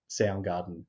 soundgarden